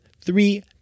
Three